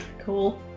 Cool